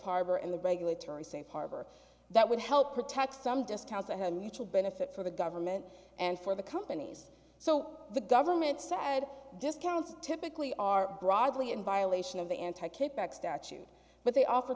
harbor and the regulatory safe harbor that would help protect some discounts ahead mutual benefit for the government and for the companies so the government said discounts typically are broadly in violation of the anti kickback statute but they offer